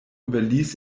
überließ